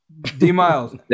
D-Miles